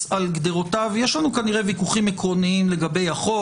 יש לנו כנראה ויכוחים עקרוניים לגבי החוק,